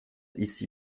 ici